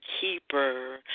keeper